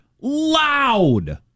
loud